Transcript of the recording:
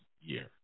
year